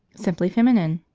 simply feminine.